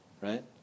Right